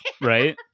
right